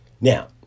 Now